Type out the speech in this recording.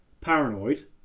Paranoid